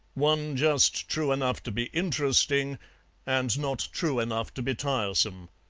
one just true enough to be interesting and not true enough to be tiresome,